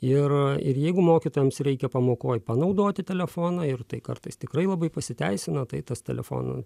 ir ir jeigu mokytojams reikia pamokoj panaudoti telefoną ir tai kartais tikrai labai pasiteisina tai tas telefonų